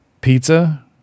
Pizza